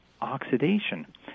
oxidation